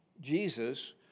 Jesus